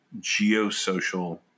geosocial